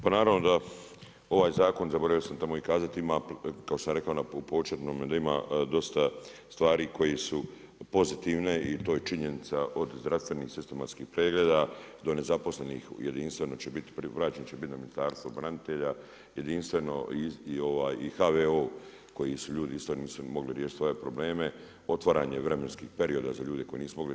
Pa naravno da ovaj zakon, zaboravio sam tamo i kazati ima, kao što sam rekao i u početnom da ima dosta stvari koje su pozitivne i to je činjenica od zdravstvenih sistematskih pregleda do nezaposlenih, jedinstveno će biti, vraćeni će biti na ministarstvo branitelja, jedinstveno i HVO koji su ljudi isto nisu mogli riješiti svoje probleme, otvaranje vremenskih perioda za ljude koji nisu mogli.